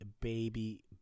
baby